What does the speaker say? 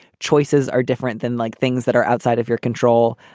choices are different than like things that are outside of your control.